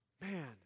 man